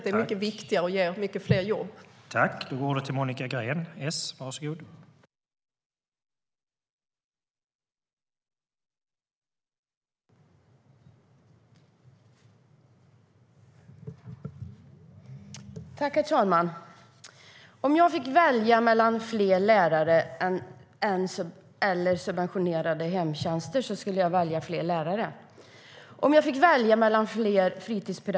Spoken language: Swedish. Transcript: Det är mycket viktigare och ger många fler jobb.